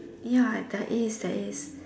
ya there is there is